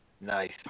Nice